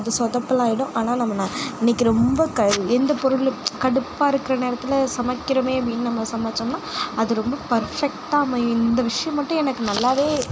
அது சொதப்பலாகிடும் ஆனால் நம்ம இன்னைக்கு ரொம்ப க எந்த பொருள் கடுப்பாக இருக்கிற நேரத்தில் சமைக்கிறோமே அப்படினு நம்ம சமைச்சோம்னா அது ரொம்ப பர்ஃபெக்ட்டாக அமையும் இந்த விஷயம் மட்டும் எனக்கு நல்லாவே